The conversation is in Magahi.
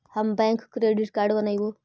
हम बैक क्रेडिट कार्ड बनैवो?